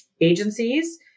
agencies